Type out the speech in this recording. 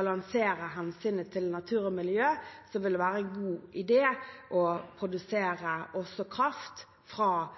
balansere hensynet til natur og miljø, vil det være en god idé å produsere også kraft fra